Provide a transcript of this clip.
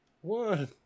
One